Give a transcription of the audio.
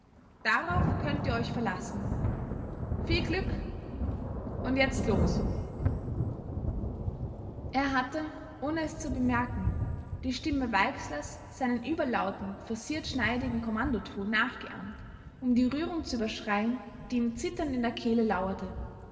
darauf könnt ihr euch verlassen viel glück und jetzt los er hatte ohne es zu bemerken die stimme weixlers seinen überlauten forciert schneidigen kommandoton nachgeahmt um die rührung zu überschreien die ihm zitternd in der kehle lauerte